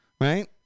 Right